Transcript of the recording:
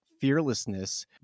fearlessness